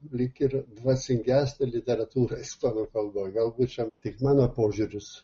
lyg ir dvasingesnė literatūra ispanų kalboj galbūt čia tik mano požiūris